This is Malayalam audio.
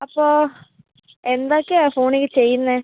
അപ്പോൾ എന്തൊക്കെയാ ഫോണിൽ ചെയ്യുന്നത്